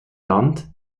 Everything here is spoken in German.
land